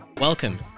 Welcome